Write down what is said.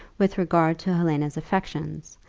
with regard to helena's affections,